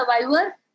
survivor